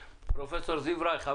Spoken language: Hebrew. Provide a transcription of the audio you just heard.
פרופ' זיו רייך.